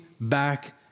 back